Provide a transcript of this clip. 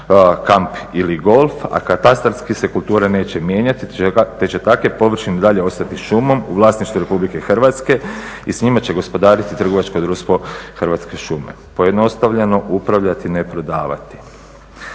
kamp ili golf, a katastarski se kulture neće mijenjati te će takve površine i dalje ostati šumom u vlasništvu RH i s njima će gospodariti Trgovačko društvo Hrvatske šume. Pojednostavljeno, upravljati, ne prodavati.